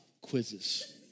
quizzes